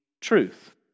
truth